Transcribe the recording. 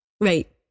Right